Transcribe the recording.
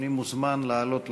אדוני מוזמן לעלות לדוכן,